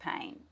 pain